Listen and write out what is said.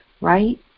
right